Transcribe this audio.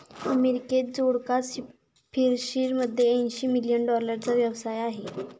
अमेरिकेत जोडकचा फिशरीमध्ये ऐंशी मिलियन डॉलरचा व्यवसाय आहे